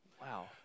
Wow